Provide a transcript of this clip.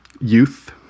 youth